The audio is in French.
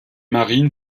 marine